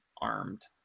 armed